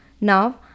now